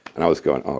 and i was going, oh